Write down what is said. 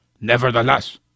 Nevertheless